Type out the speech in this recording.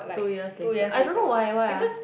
two years later I don't know why eh why ah